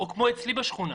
או כמו אצלי בשכונה